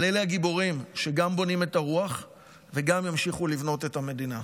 אבל אלה הגיבורים שגם בונים את הרוח וגם ימשיכו לבנות את המדינה.